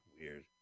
weird